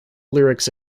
lyrics